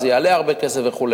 זה יעלה הרבה כסף וכו'.